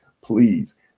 please